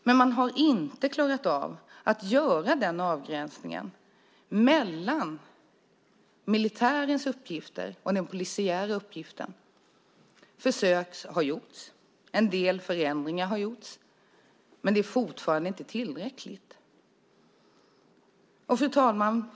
Men man har inte klarat av att göra avgränsningen mellan militärens uppgifter och den polisiära uppgiften. Försök har gjorts. En del förändringar har gjorts. Men det är fortfarande inte tillräckligt. Fru talman!